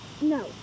No